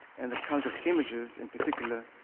and the cult of images in particular,